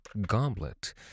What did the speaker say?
goblet